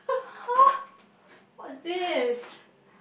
!huh! what's this